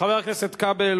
חבר הכנסת כבל,